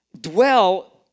dwell